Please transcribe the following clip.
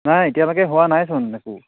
নাই এতিয়ালৈকে হোৱা নাইচোন একো